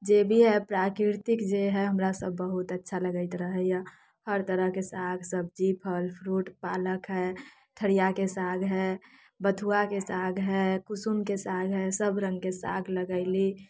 जे भी हय प्राकृतिक जे हय हमरा सब बहुत अच्छा लगैत रहैया हर तरहके साग सब्जी फल फ़्रूट पालक हय ठरियाके साग हय बथुआके साग हय कुसुमके साग हय सब रङ्गके साग लगयली